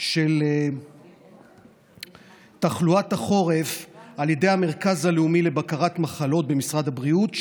של תחלואת החורף על ידי המרכז הלאומי לבקרת מחלות במשרד הבריאות,